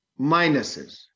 minuses